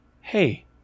Hey